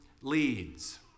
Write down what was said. Leads